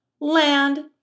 land